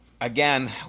Again